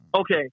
Okay